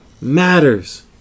matters